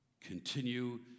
Continue